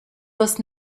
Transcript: was